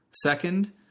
Second